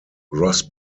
gross